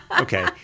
okay